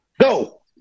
Go